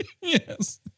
Yes